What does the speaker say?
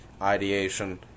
ideation